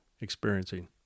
experiencing